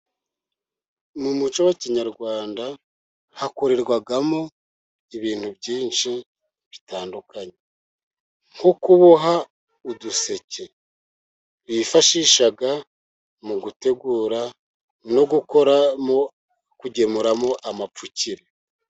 Mu muco wa kinkinyarwanda, hakorerwamo ibintu byinshi bitandukanye. Nko kuboha uduseke bifashisha mu gutegura no gukora mu kugemuramo amapfukire.